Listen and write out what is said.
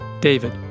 David